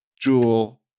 jewel